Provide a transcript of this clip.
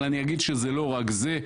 אבל אני אגיד שזה לא רק זה.